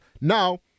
Now